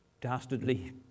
dastardly